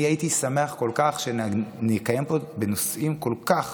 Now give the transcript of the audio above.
אני הייתי שמח כל כך שנקיים פה בנושאים כל כך